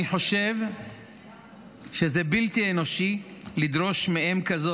אני חושב שזה בלתי אנושי לדרוש מאם כזו